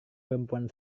perempuan